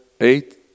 eight